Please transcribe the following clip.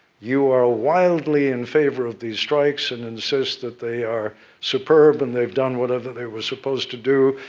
you are wildly in favor of these strikes, and insist that they are superb, and they've done whatever they were supposed to do,